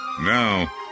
Now